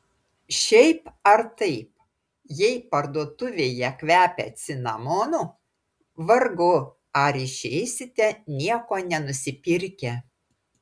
šiaip ar taip jei parduotuvėje kvepia cinamonu vargu ar išeisite nieko nenusipirkę